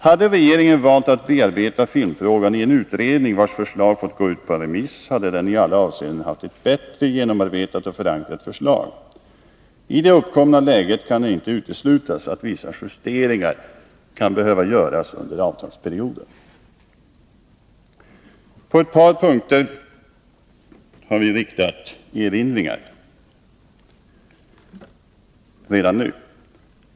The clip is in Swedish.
Hade regeringen valt att bearbeta filmfrågan i en utredning, vars förslag fått gå ut på remiss, hade den i alla avseenden haft ett bättre genomarbetat och förankrat förslag. I det uppkomna läget kan det icke uteslutas att vissa justeringar kan behöva göras under avtalsperioden. På ett par punkter vill vi redan nu göra erinringar.